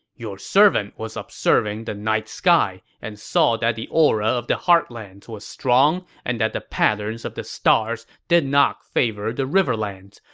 your servant was observing the night sky and saw that the aura of the heartlands was strong and that the patterns of the stars did not favor the riverlands.